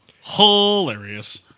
Hilarious